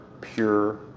pure